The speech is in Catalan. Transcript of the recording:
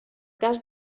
cas